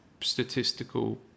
statistical